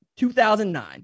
2009